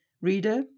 Reader